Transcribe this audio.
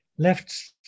left